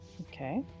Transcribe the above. Okay